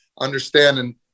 understanding